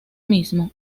mismo